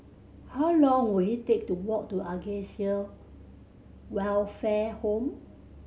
how long will it take to walk to Acacia Welfare Home